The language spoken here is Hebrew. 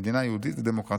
'מדינה יהודית ודמוקרטית'.